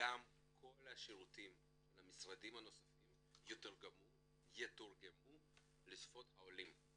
שגם כל השירותים של המשרדים הנוספים יתורגמו לשפות העולים.